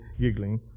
giggling